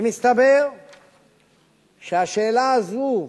ומסתבר שהשאלה הזו,